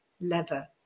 leather